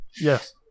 Yes